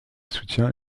soutient